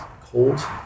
cold